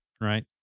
right